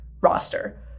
roster